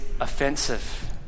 offensive